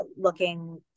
looking